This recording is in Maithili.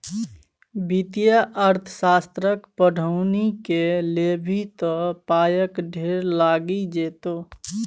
वित्तीय अर्थशास्त्रक पढ़ौनी कए लेभी त पायक ढेर लागि जेतौ